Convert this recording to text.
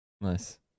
nice